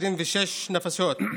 26 נפשות.